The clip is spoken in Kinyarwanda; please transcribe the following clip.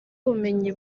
ubumenyi